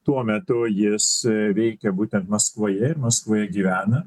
tuo metu jis veikė būtent maskvoje ir maskvoje gyvena